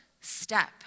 step